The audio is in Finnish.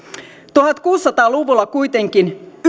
tuhatkuusisataa luvulla kuitenkin